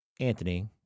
Anthony